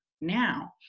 now